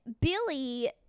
Billy